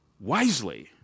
Wisely